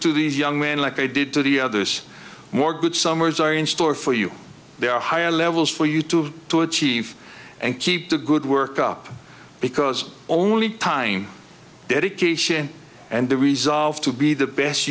to these young men like they did to the others more good summers are in store for you there are higher levels for you to to achieve and keep the good work up because only time dedication and the resolve to be the best